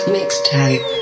Mixtape